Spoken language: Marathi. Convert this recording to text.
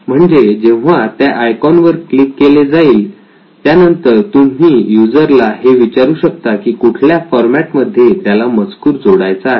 म्हणजे जेव्हा त्या आयकॉन वर क्लिक केले जाईल त्यानंतर तुम्ही युजर ला हे विचारू शकता की कुठल्या फॉरमॅट मध्ये त्याला त्याचा मजकूर जोडायचा आहे